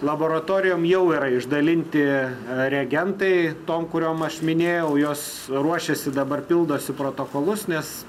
laboratorijom jau yra išdalinti reagentai tom kuriom aš minėjau jos ruošiasi dabar pildosi protokolus nes